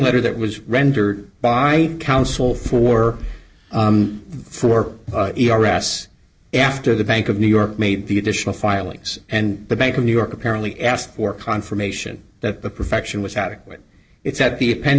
letter that was rendered by counsel for four ers after the bank of new york made the additional filings and the bank of new york apparently asked for confirmation that the perfection was adequate it's at the